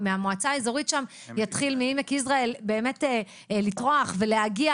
מהמועצה האזורית עמק יזרעאל באמת יתחיל לטרוח ולהגיע